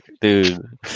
dude